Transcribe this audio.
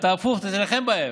הפוך, תילחם בהם.